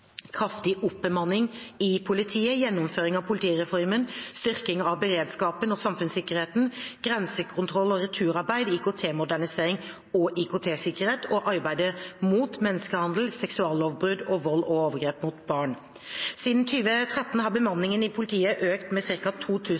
kraftig oppbemanning i politiet, gjennomføring av politireformen, styrking av beredskapen og samfunnssikkerheten, grensekontroll- og returarbeid, IKT-modernisering og IKT-sikkerhet og arbeidet mot menneskehandel, seksuallovbrudd og vold og overgrep mot barn. Siden 2013 har bemanningen i politiet økt med